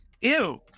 Ew